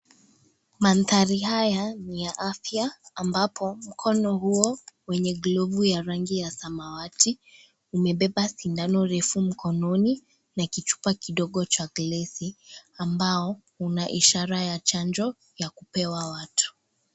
Mandhari haya ni ya afya ambapo, mkono huo wenye glovu ya rangi ya samawati, imebeba sindano refu mkononi na kichupa kidogo cha glesi, ambao, una ishara ya chanjo ya kupewa watu.